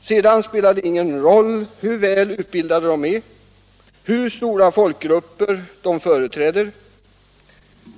Sedan spelar det ingen roll hur väl utbildade de är, hur stora folkgrupper de företräder.